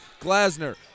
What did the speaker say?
Glasner